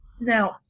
now